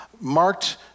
marked